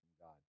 God